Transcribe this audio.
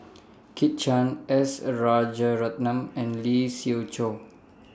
Kit Chan S Rajaratnam and Lee Siew Choh